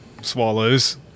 swallows